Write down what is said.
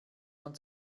man